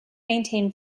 maintain